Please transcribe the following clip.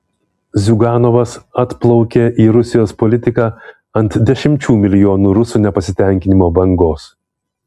ziuganovas atplaukė į rusijos politiką ant dešimčių milijonų rusų nepasitenkinimo bangos